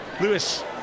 Lewis